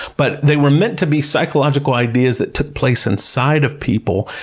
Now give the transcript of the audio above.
but they were meant to be psychological ideas that took place inside of people,